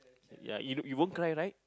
ya you won't cry right